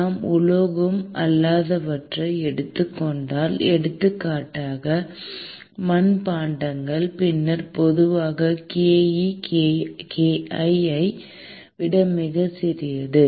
நாம் உலோகம் அல்லாதவற்றை எடுத்துக் கொண்டால் எடுத்துக்காட்டாக மட்பாண்டங்கள் பின்னர் பொதுவாக ke kl ஐ விட மிகச் சிறியது